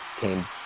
came